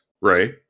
right